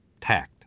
tact